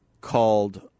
called